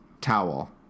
towel